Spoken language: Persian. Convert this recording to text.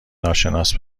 ناشناس